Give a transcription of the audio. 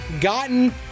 gotten –